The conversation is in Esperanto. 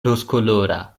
rozkolora